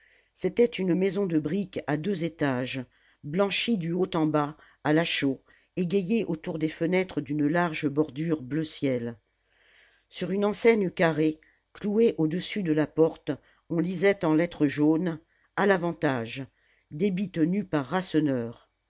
c'était une maison de briques à deux étages blanchie du haut en bas à la chaux égayée autour des fenêtres d'une large bordure bleu ciel sur une enseigne carrée clouée au-dessus de la porte on lisait en lettres jaunes a l'avantage débit tenu par